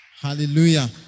Hallelujah